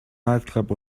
nightclub